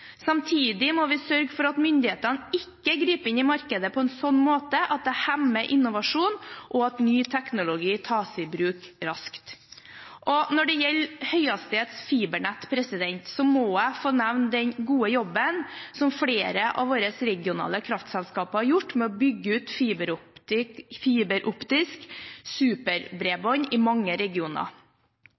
Samtidig må vi sørge for at myndighetene ikke griper inn i markedet på en slik måte at det hemmer innovasjon, og at ny teknologi tas i bruk raskt. Når det gjelder høyhastighetsfibernett, må jeg få nevne den gode jobben som flere av våre regionale kraftselskaper har gjort med å bygge ut fiberoptisk superbredbånd i mange regioner.